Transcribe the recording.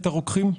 איפה בצפון?